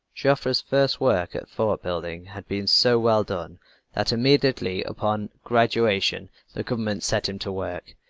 joffre's first work at fort building had been so well done that immediately upon graduation the government set him to work.